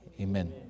Amen